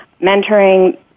mentoring